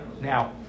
Now